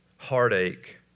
Heartache